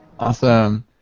Awesome